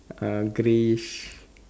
uh greyish